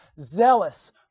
zealous